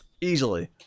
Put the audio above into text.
Easily